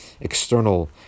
external